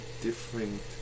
different